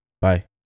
Bye